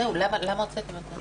למה הוצאתם את זה?